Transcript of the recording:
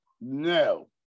no